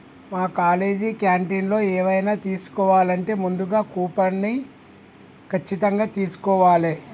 మా కాలేజీ క్యాంటీన్లో ఎవైనా తీసుకోవాలంటే ముందుగా కూపన్ని ఖచ్చితంగా తీస్కోవాలే